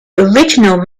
original